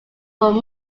were